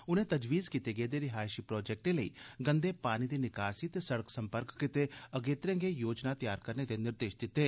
उनें तजवीज़ कीते गेदे रिहायशी प्रोजेक्टें लेई गंदे पानी दी निकासी ते सिड़क संपर्क गितै अगेत्रे गै योजनां तैयार करने दे निर्देश दित्ते